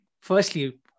firstly